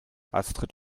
astrid